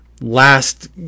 last